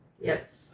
Yes